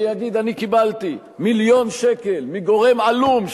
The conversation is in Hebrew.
ויגיד: אני קיבלתי מיליון שקל מגורם עלום,